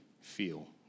feel